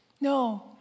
No